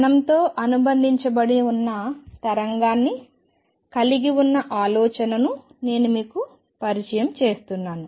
కణంతో అనుబంధించబడిన ఉన్న తరంగాన్ని కలిగి ఉన్న ఆలోచనను నేను మీకు పరిచయం చేస్తున్నాను